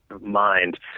mind